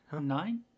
Nine